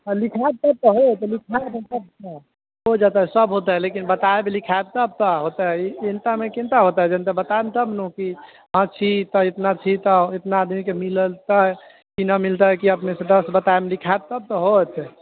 हँ लिखायब तब तऽ होयत लिखायब तब तऽ हो जेतै भऽ जेतै लिखायब बतायब तब तऽ होतै इतनामे कितना होतै जनतब बतायब तब नू इतना छी तऽ इतना आदमीके मिलल की नहि मिलतै की अपने बतायब लिखायब तब न होयत